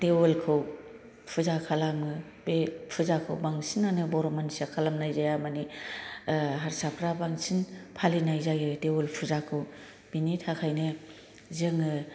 देवलखौ फुजा खालामो बे फुजाखौ बांसिनानो बर' मानसिया खालामनाय जाया हारसाफ्रा बांसिन फालिनाय जायो देवल फुजाखौ बेनि थाखायनो जोङो